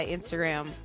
Instagram